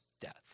death